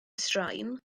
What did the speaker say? straen